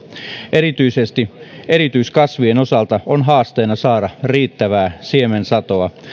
erityisesti erityiskasvien osalta on haasteena saada riittävää siemensatoa